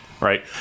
right